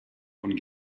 von